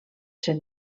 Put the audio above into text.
ser